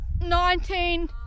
Nineteen